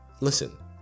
Listen